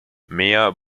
mehr